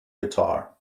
guitar